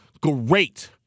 Great